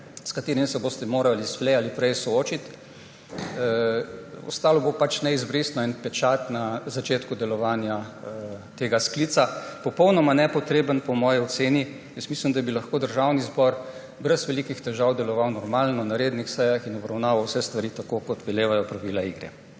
s katerim se boste morali slej ali prej soočiti. Ostalo bo pač neizbrisno in pečat na začetku delovanja tega sklica, popolnoma nepotreben po moji oceni. Jaz mislim, da bi lahko Državni zbor brez velikih težav deloval normalno na rednih sejah in obravnaval vse stvari tako, kot velevajo pravila igre.